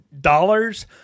dollars